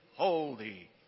holy